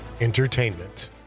Entertainment